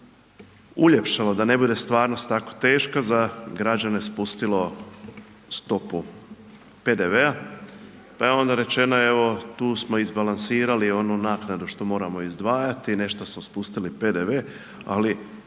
malo to uljepšalo da ne bude stvarnost tako teška za građane spustilo stopu PDV-a pa je onda rečeno evo, tu smo izbalansirali onu naknadu što moramo izdvajati, nešto su spustili PDV, ali